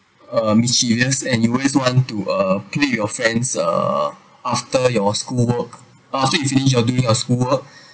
uh mischievous and you always want to uh play with your friends uh after your schoolwork after you finish your during your school work